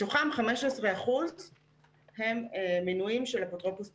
מתוכם 15% הם מינויים של אפוטרופוס מקצועי.